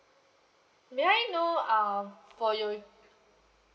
may I know um for your